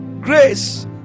grace